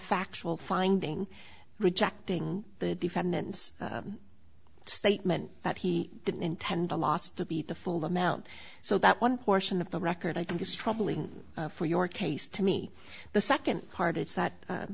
factual finding rejecting the defendant's statement that he didn't intend the loss to be the full amount so that one portion of the record i think is troubling for your case to me the second part is that